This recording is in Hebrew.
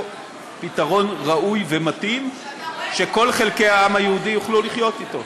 פתרון ראוי ומתאים שכל חלקי העם יוכלו לחיות איתו.